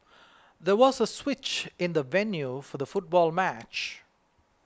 there was a switch in the venue for the football match